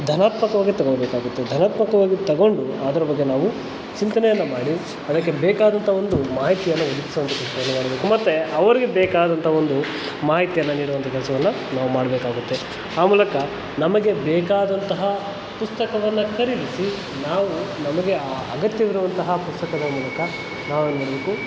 ಧನಾತ್ಮಕವಾಗಿ ತಗೊಬೇಕಾಗುತ್ತೆ ಧನಾತ್ಮಕವಾಗಿ ತಗೊಂಡು ಅದರ ಬಗ್ಗೆ ನಾವು ಚಿಂತನೆಯನ್ನು ಮಾಡಿ ಅದಕ್ಕೆ ಬೇಕಾದಂಥ ಒಂದು ಮಾಹಿತಿಯನ್ನು ಒದಗಿಸೋ ಅಂಥ ಕೆಲಸವನ್ನ ಮಾಡಬೇಕು ಮತ್ತು ಅವರಿಗೆ ಬೇಕಾದಂಥ ಒಂದು ಮಾಹಿತಿಯನ್ನು ನೀಡುವಂಥ ಕೆಲಸವನ್ನ ನಾವು ಮಾಡಬೇಕಾಗುತ್ತೆ ಆ ಮೂಲಕ ನಮಗೆ ಬೇಕಾದಂತಹ ಪುಸ್ತಕವನ್ನು ಖರೀದಿಸಿ ನಾವು ನಮಗೆ ಅಗತ್ಯವಿರುವಂತಹ ಪುಸ್ತಕಗಳ ಮೂಲಕ ನಾವೇನು ಮಾಡಬೇಕು